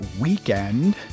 weekend